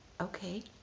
okay